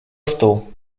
stu